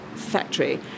factory